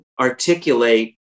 articulate